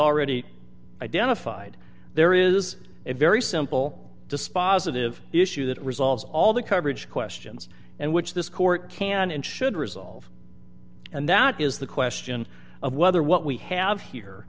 already identified there is a very simple dispositive issue that resolves all the coverage questions and which this court can and should resolve and that is the question of whether what we have here